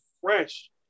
fresh